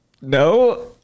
No